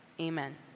amen